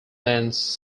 means